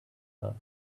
are